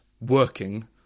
working